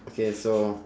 okay so